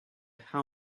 how